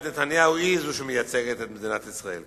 נתניהו היא זו שמייצגת את מדינת ישראל.